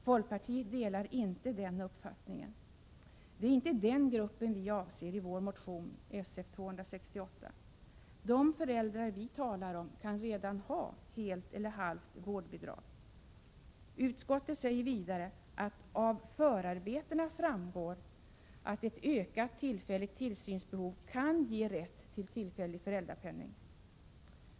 Folkpartiet delar inte den uppfattningen. Det är inte den gruppen vi avser i vår motion Sf268. De föräldrar vi talar om kan redan ha helt eller halvt vårdbidrag. Utskottet säger vidare att av förarbetena framgår att ett ökat tillfälligt Prot. 1987/88:85 tillsynsbehov kan ge rätt till tillfällig föräldrapenning.